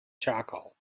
charcoal